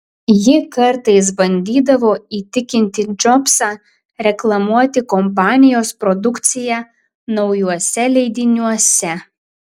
ji kartais bandydavo įtikinti džobsą reklamuoti kompanijos produkciją naujuose leidiniuose